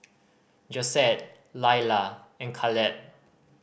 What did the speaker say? Josette Lailah and Kaleb